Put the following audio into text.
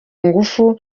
ngufu